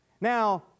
Now